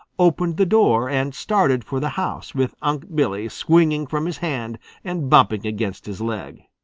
opened the door, and started for the house with unc' billy swinging from his hand and bumping against his legs.